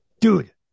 Dude